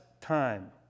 time